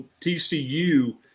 TCU